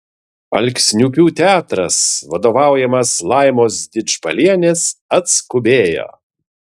alksniupių teatras vadovaujamas laimos didžbalienės atskubėjo